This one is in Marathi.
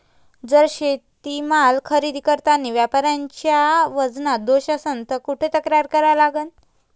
जर शेतीमाल खरेदी करतांनी व्यापाऱ्याच्या वजनात दोष असन त कुठ तक्रार करा लागन?